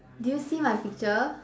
did you see my picture